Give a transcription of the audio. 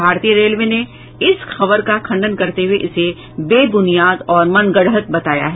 भारतीय रेलवे ने इस खबर का खंडन करते हुए इसे बेबुनियाद और मनगढंत बताया है